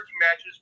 matches